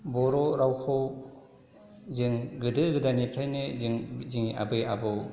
बर' रावखौ जों गोदो गोदायनिफ्रायनो जों जोंनि आबै आबौ